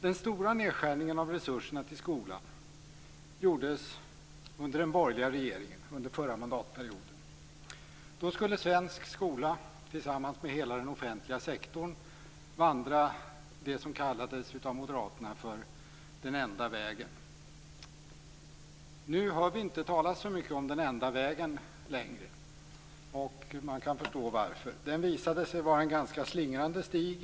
Den stora nedskärningen av resurserna till skolan gjordes under den borgerliga regeringen under den förra mandatperioden. Då skulle svensk skola tillsammans med hela den offentliga sektorn vandra det som av moderaterna kallades för den enda vägen. Nu hör vi inte talas så mycket om den enda vägen längre. Man kan förstå varför. Den visade sig vara en ganska slingrande stig.